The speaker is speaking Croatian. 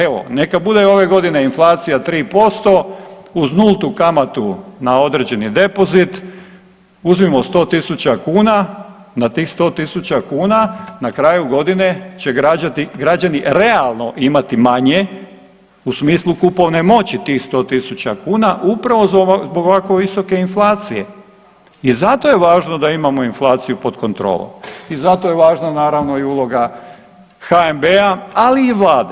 Evo, neka bude ove godine inflacija 3% uz nultu kamatu na određeni depozit, uzmimo 100.000 kuna, na tih 100.000 kuna na kraju godine će građani realno imati manje u smislu kupovne moći tih 100.000 kuna upravo zbog ovako visoke inflacije i zato je važno da imamo inflaciju pod kontrolom i zato je važna naravno i uloga HNB-a, ali i vlade.